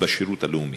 בשירות הלאומי.